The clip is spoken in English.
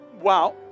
Wow